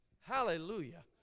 Hallelujah